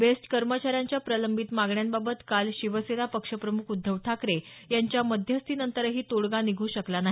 best कर्मचाऱ्यांच्या प्रलंबित मागण्यांबाबत काल शिवसेना पक्षप्रमुख उद्धव ठाकरे यांच्या मध्यस्थीनंतरही तोडगा निघू शकला नाही